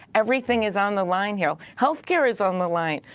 everything is on the line here. health care is on the line.